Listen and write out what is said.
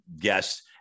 guest